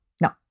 no